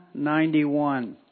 91